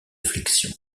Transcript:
flexion